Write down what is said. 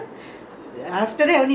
her favourite food is the tandoori